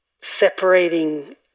separating